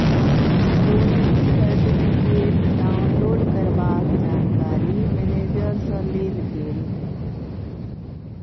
Rohini certificate download करबाक जानकारी manager सँ लेल गेलै